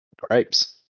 Grapes